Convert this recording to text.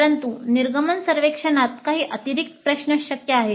परंतु निर्गमन सर्वेक्षणात काही अतिरिक्त प्रश्न शक्य आहेत